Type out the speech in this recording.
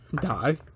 Die